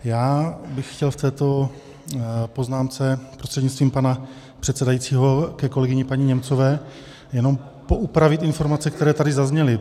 Já bych chtěl v této poznámce prostřednictvím pana předsedajícího ke kolegyni paní Němcové jenom poupravit informace, které tady zazněly.